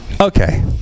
Okay